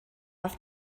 auf